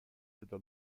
through